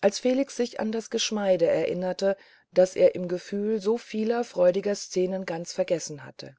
als felix sich an das geschmeide erinnerte das er im gefühl so vieler freudigen szenen ganz vergessen hatte